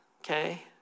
okay